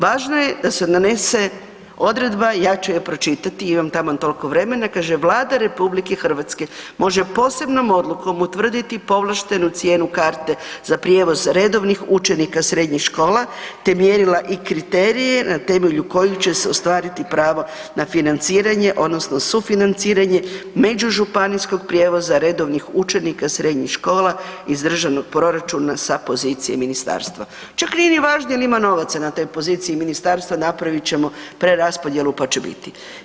Važno je da se donese odredba i ja ću je pročitati imam taman toliko vremena, kaže: „Vlada RH može posebnom odlukom utvrditi povlaštenu cijenu karte za prijevoz redovnih učenika srednjih škola te mjerila i kriterije na temelju kojih će se ostvariti pravo na financiranje odnosno sufinanciranje međužupanijskih prijevoza redovnih učenika srednjih škola iz državnog proračuna sa pozicije ministarstva“, čak nije ni važno da li ima novaca na toj poziciji ministarstva, napravit ćemo preraspodjelu pa će biti.